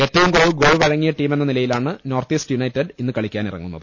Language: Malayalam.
ഏറ്റുവും കുറവ് ഗോൾ വഴങ്ങിയ ടീമെന്ന നിലയിലാണ് നോർത്ത് ഈസ്റ്റ് യുണൈറ്റഡ് ഇന്ന് കളിക്കാനിറങ്ങറുന്നത്